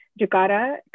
Jakarta